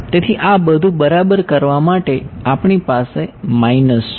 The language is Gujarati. તેથી આ બધું બરાબર કરવા માટે આપણી પાસે માઇનસ છે